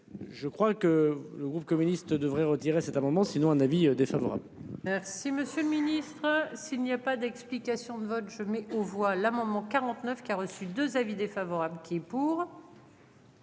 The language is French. Je crois que le groupe communiste devrait retirer cet amendement sinon un avis défavorable. Merci monsieur le ministre, s'il n'y a pas d'explication de vote je mets aux voix l'amendement 49 qui a reçu 2 avis défavorables qui est pour.